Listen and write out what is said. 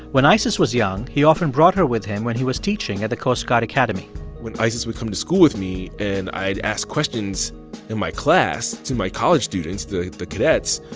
when isis was young, he often brought her with him when he was teaching at the coast guard academy when isis would come to school with me, and i'd ask questions in my class to my college students, the the cadets,